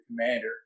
commander